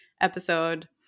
episode